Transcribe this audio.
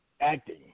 acting